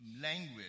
language